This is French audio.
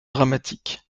dramatique